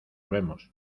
vemos